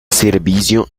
servicio